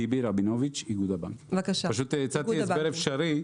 פשוט הצעתי הסדר אפשרי.